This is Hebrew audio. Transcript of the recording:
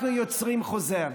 אנחנו יוצרים חוזה.